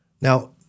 Now